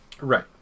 Right